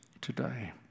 today